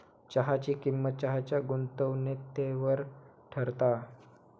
चहाची किंमत चहाच्या गुणवत्तेवर ठरता